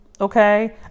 Okay